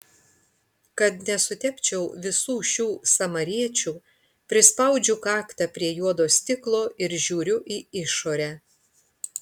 kad nesutepčiau visų šių samariečių prispaudžiu kaktą prie juodo stiklo ir žiūriu į išorę